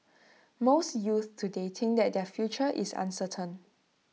most youths today think that their future is uncertain